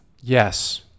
Yes